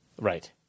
Right